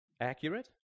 Accurate